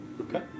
Okay